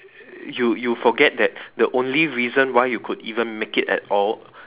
you you forget that the only reason why you could even make it at all